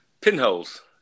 pinholes